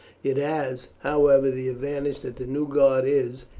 it has, however, the advantage that the new god is,